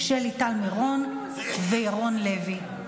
שלי טל מירון וירון לוי.